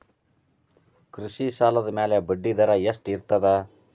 ಕೃಷಿ ಸಾಲದ ಮ್ಯಾಲೆ ಬಡ್ಡಿದರಾ ಎಷ್ಟ ಇರ್ತದ?